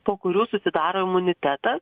po kurių susidaro imunitetas